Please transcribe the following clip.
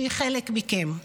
שהיא חלק מכם,